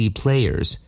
players